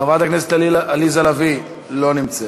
חברת הכנסת עליזה לביא, לא נמצאת.